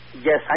Yes